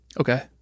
Okay